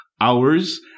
hours